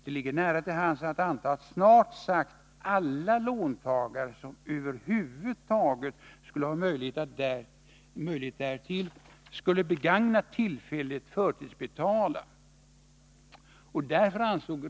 ”Det ligger nära till hands att anta att snart sagt alla låntagare som över huvud taget skulle ha möjlighet därtill skulle begagna tillfället att förtidsbetala.